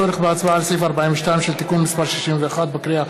בשל הצורך בהצבעה על סעיף 42 של תיקון מס' 61 בקריאה